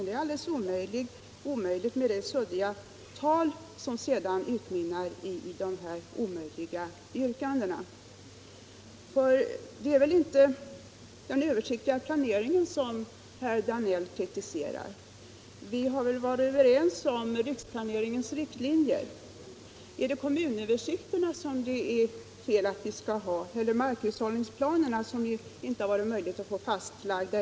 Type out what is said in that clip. Det är alldeles omöjligt med det suddiga tal som ni för och som sedan utmynnar i dessa omöjliga yrkanden. Det är väl inte den översiktliga planeringen som herr Danell kritiserar? Vi har varit överens om riksplaneringens riktlinjer. Är det fel att vi skall ha kommunöversikterna eller markhushållsplanerna, som det ännu inte varit möjligt att få fastlagda?